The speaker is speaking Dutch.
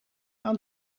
aan